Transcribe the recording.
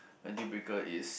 my deal breaker is